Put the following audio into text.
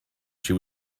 she